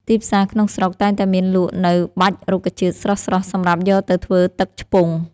ទីផ្សារក្នុងស្រុកតែងតែមានលក់នូវបាច់រុក្ខជាតិស្រស់ៗសម្រាប់យកទៅធ្វើទឹកឆ្ពង់។